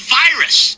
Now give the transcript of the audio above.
virus